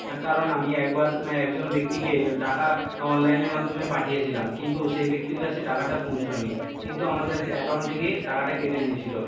হ্যাঁ কারণ আমি একবার একজন ব্যক্তিকে টাকা অনলাইনের মাধ্যমে পাঠিয়েছিলাম কিন্তু সেই ব্যক্তির কাছে টাকাটা পৌঁছয়নি কিন্তু আমার কাছে অ্যাকাউন্ট থেকে টাকাটা কেটে নিয়েছিল